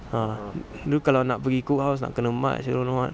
ah dulu kalau nak pergi keluar nak kena march and don't know what